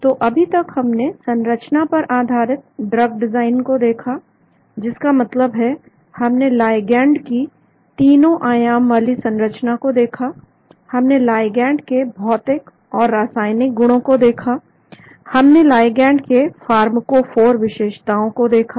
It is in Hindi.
तो अभी तक हमने संरचना पर आधारित ड्रग डिजाइन को देखा जिसका मतलब है हमने लाइगैंड की तीनों आयाम वाली संरचना को देखा हमने लाइगैंड के भौतिक और रासायनिक गुणों को देखा हमने लाइगैंड के फार्मकोफोर विशेषताओं को देखा